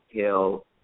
hell